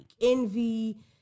envy